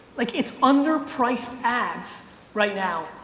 like it's under priced ads right now.